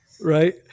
Right